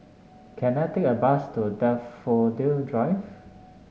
can I take a bus to Daffodil Drive